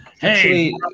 Hey